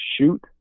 shoot